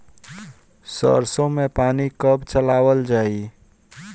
सरसो में पानी कब चलावल जाई?